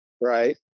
right